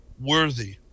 worthy